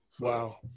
Wow